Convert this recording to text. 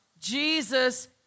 Jesus